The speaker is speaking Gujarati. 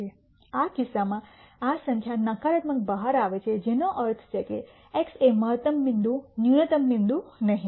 આ કિસ્સામાં આ સંખ્યા નકારાત્મક બહાર આવે છે જેનો અર્થ છે કે x એ મહત્તમ બિંદુ ન્યુનત્તમ બિંદુ નહીં